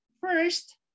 first